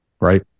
Right